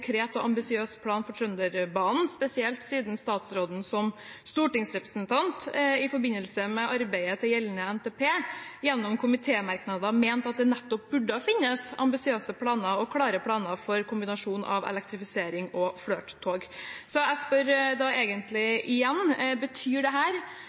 og ambisiøs plan for Trønderbanen, spesielt siden statsråden som stortingsrepresentant i forbindelse med arbeidet til gjeldende NTP gjennom komitémerknader mente at det nettopp burde finnes ambisiøse og klare planer for kombinasjonen av elektrifisering og Flirt-tog. Så jeg spør